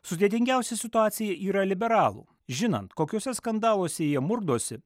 sudėtingiausia situacija yra liberalų žinant kokiuose skandaluose jie murkdosi